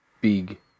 Big